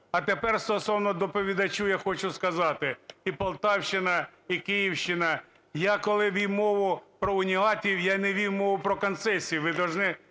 А тепер стосовно доповідачу я хочу сказати, і Полтавщина, і Київщина, я коли вів мову про уніатів, я не вів мову про концесію,